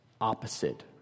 opposite